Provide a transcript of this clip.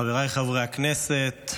חבריי חברי הכנסת,